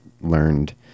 learned